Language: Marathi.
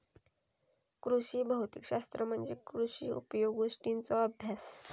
कृषी भौतिक शास्त्र म्हणजे कृषी उपयोगी गोष्टींचों अभ्यास